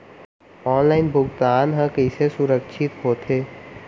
Online भुगतान हा कइसे सुरक्षित होथे?